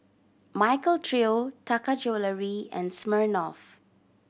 Michael Trio Taka Jewelry and Smirnoff